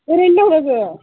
ओरैनो दं लोगो